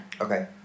Okay